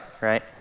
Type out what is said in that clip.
right